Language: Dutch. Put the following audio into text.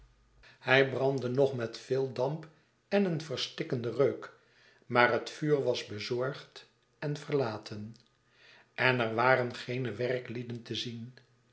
hij brandde nog met veel damp en een verstikkenden reuk maar het vuur was bezorgd en verlaten en er waren geene werklieden te zien